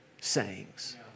sayings